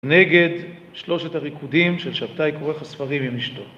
נגד שלושת הריקודים של שבתאי כורך הספרים עם אשתו.